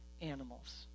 animals